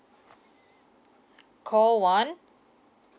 call one